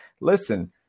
listen